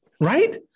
right